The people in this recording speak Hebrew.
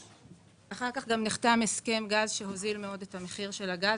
אחר כך גם נחתם הסכם גז שהוזיל מאוד את מחיר הגז,